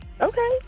Okay